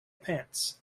pants